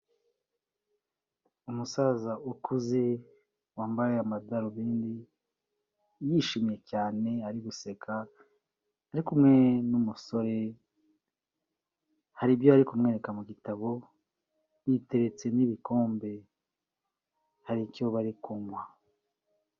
Umusaza ukuze wambaye amadarubindi yishimye cyane, ari guseka ari kumwe n'umusore, hari ibyo yarari kumwereka mu gitabo, biteretse n'ibikombe, hari icyo bari kunywa.